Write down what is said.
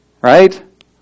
Right